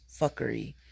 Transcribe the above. fuckery